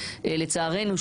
לצערנו,